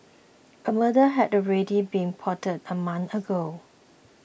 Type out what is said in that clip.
a murder had already been plotted a month ago